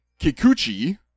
Kikuchi